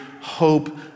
hope